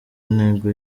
intego